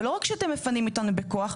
ולא רק שאתם מפנים אותנו בכוח,